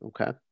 Okay